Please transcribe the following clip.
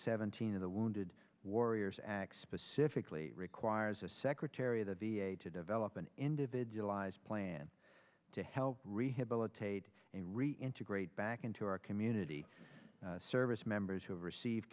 seventeen of the wounded warriors acts specifically requires a secretary of the v a to develop an individualized plan to help rehabilitate and reintegrate back into our community service members who receive